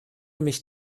mich